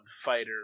fighter